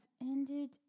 ended